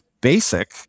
basic